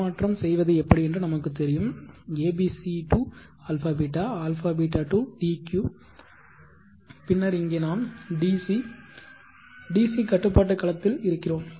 உருமாற்றம் செய்வது எப்படி என்று நமக்கு தெரியும் ABC to αβ αβ to DQ பின்னர் இங்கே நாம் DC DC கட்டுப்பாட்டு களத்தில் இருக்கிறோம்